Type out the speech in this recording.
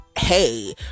Hey